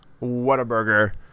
Whataburger